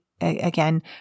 again